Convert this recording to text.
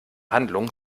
handlung